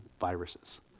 viruses